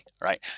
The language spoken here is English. right